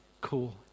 cool